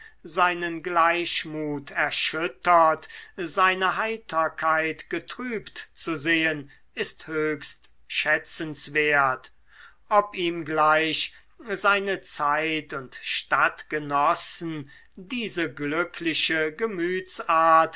seinen gleichmut erschüttert seine heiterkeit getrübt zu sehen ist höchst schätzenswert ob ihm gleich seine zeit und stadtgenossen diese glückliche